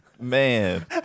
Man